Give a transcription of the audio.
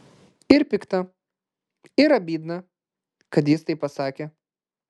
ir pikta ir abydna kad jis taip pasakė